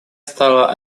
стала